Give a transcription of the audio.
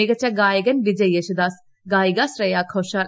മികച്ച ഗായകൻ വിജയ് യേശുദാസ് ഗായിക ശ്രേയ ഘോഷാൽ